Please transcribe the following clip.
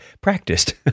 practiced